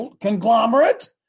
conglomerate